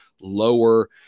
Lower